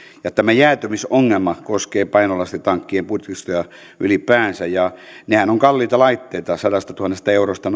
tämä jäätymisongelma koskee painolastitankkien putkistoja ylipäänsä nehän ovat kalliita laitteita sadastatuhannesta eurosta